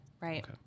Right